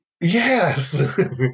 Yes